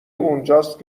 اونجاست